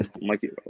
mikey